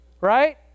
right